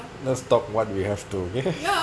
let's stop what we have to okay